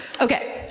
Okay